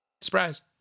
Surprise